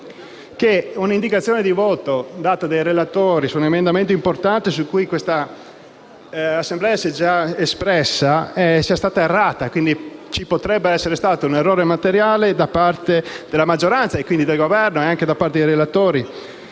che un'indicazione di voto data dai relatori su un emendamento importante, su cui questa Assemblea si è già espressa, sia stata errata. Quindi ci potrebbe essere stato un errore materiale da parte della maggioranza, del Governo e dei relatori